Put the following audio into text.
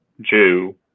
Jew